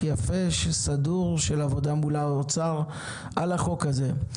יפה וסדור של עבודה מול האוצר על החוק הזה.